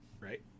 right